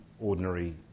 ordinary